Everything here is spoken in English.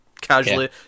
casually